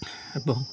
ଏବଂ